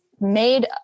made